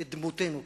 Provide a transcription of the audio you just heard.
את דמותנו כחברה.